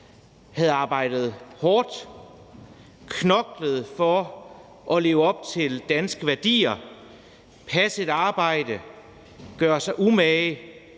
havde arbejdet hårdt og knoklet for at leve op til danske værdier, passet deres arbejde og gjort sig umage,